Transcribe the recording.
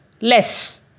less